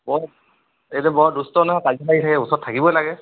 বৰ বৰ দুষ্ট নহয় কাজিয়া লাগি থাকে ওচৰত থাকিবই লাগে